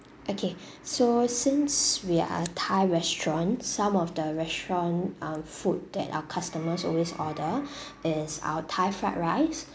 okay so since we are thai restaurant some of the restaurant um food that our customers always order is our thai fried rice